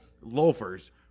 loafers